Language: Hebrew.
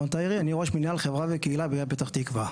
אני ראש מינהל חברה וקהילה בעיריית פתח-תקווה.